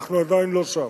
אנחנו עדיין לא שם,